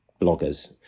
bloggers